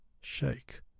shake